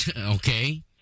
Okay